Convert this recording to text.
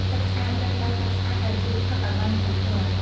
ទឹកស្អាត ត្រូវផ្តល់ទឹកស្អាតឲ្យជ្រូកផឹកឲ្យបានគ្រប់គ្រាន់។